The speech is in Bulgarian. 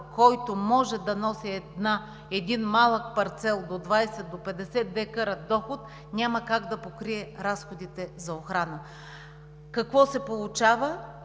който може да носи един малък парцел – до 20, до 50 дка, няма как да покрие разходите за охрана. Какво се получава?